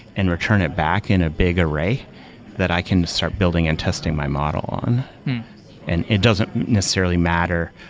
and return it back in a big array that i can start building and testing my model on and it doesn't necessarily matter,